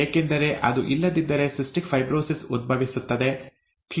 ಏಕೆಂದರೆ ಅದು ಇಲ್ಲದಿದ್ದರೆ ಸಿಸ್ಟಿಕ್ ಫೈಬ್ರೋಸಿಸ್ ಉದ್ಭವಿಸುತ್ತದೆ